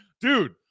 dude